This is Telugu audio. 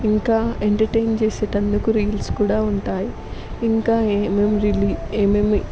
ఇంకా ఎంటర్టైన్ చేసేటందుకు రీల్స్ కూడా ఉంటాయి ఇంకా ఏమేం రిలీ ఏమేమి